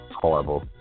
Horrible